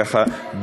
ככה,